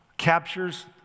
captures